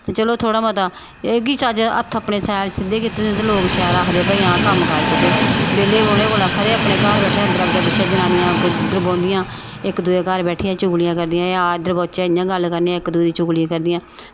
ते चलो थोह्ड़ा मता एह् कि चच्ज अपने हत्थ सिद्धे कीते दे होङन लोग शैल आखदे कि आं भई कम्म शैल कीते दे बेल्लै रौह्ने कोला खरे कि घर बौह्ने कोला पैह्लें जनानियां इक्क दूऐ दे घर बैठियै चुगलियां करदियां जां आ इद्धर बौह्चे ते इक्क दूऐ दी चुगली करदियां